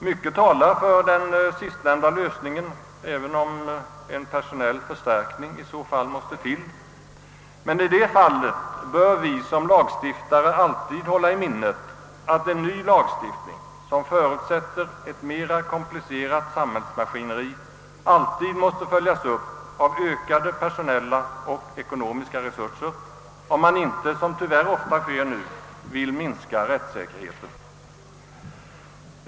Mycket talar för det sista, även om en personell förstärkning i så fall måste till. Vi bör som lagstiftare alltid hålla i minnet att en ny lagstiftning, som förutsätter ett mer komplicerat samhällsmaskineri, alltid måste följas upp av ökade personella och ekonomiska resurser, om man inte, som tyvärr ofta nu sker, vill minska rättssäkerheten.